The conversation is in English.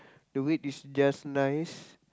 the weight is just nice